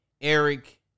Eric